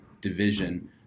division